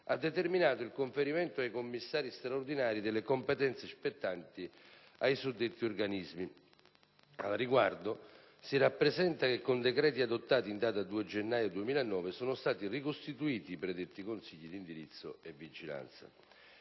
ha determinato il conferimento ai commissari straordinari delle competenze spettanti ai suddetti organismi. Al riguardo, si rappresenta che con decreti adottati in data 2 gennaio 2009 sono stati ricostituiti i predetti Consigli di indirizzo e vigilanza.